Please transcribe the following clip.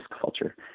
culture